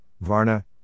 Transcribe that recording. varna